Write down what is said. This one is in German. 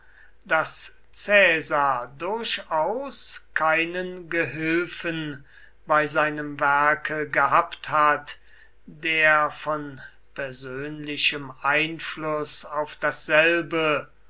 daß caesar durchaus keinen gehilfen bei seinem werke gehabt hat der von persönlichem einfluß auf dasselbe